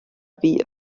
wie